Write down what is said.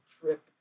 Trip